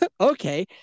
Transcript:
Okay